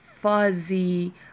fuzzy